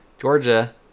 Georgia